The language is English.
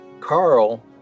Carl